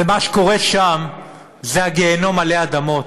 מה שקורה שם זה הגיהינום עלי אדמות.